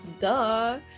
Duh